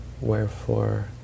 Wherefore